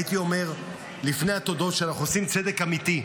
הייתי אומר לפני התודות שאנחנו עושים צדק אמיתי.